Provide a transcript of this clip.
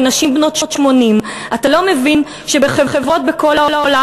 ונשים בנות 80. אתה לא מבין שבחברות בכל העולם,